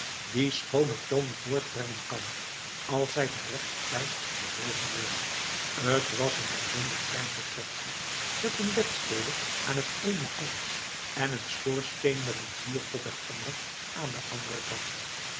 die schooner toon voortbrengen kan als zij te rechter tijd bewogen wordt t was een ellendig klein vertrekje met een bedstede aan het eene eind en een schoorsteen met een vuurpot er onder aan den anderen kant